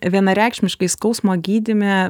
vienareikšmiškai skausmo gydyme